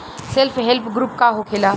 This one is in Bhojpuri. सेल्फ हेल्प ग्रुप का होखेला?